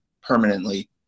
permanently